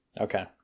Okay